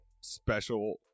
special